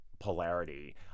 polarity